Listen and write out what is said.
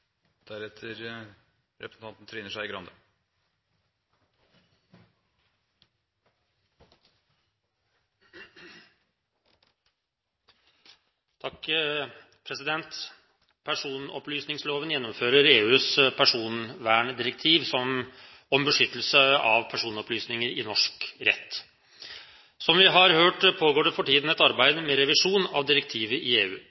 Personopplysningsloven gjennomfører EUs personverndirektiv om beskyttelse av personopplysninger i norsk rett. Som vi har hørt, pågår det for tiden et arbeid med revisjon av direktivet i EU.